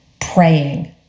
praying